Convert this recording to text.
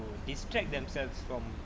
to distract themselves from